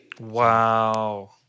Wow